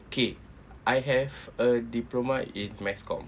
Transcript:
K I have a diploma in mass comm